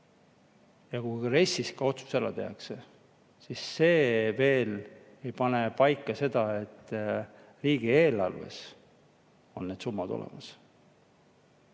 Ja kui RES‑is ka otsus ära tehakse, siis see veel ei pane paika seda, et riigieelarves on need summad olemas.